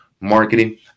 marketing